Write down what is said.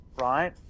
right